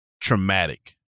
traumatic